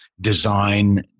design